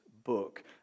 book